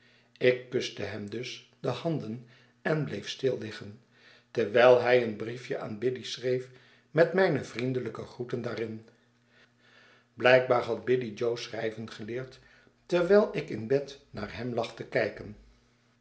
ik kuste hem dus de hand en bleef stil liggen terwijl hij een briefje aan biddy schreef met mijne vriendelijke groete daarin bhjkbaar had biddy jo schrijven geleerd terwijl ik in bed naar hem lag te kijken